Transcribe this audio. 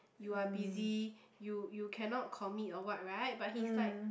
you're busy you you cannot commit of what right but he's like